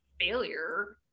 failure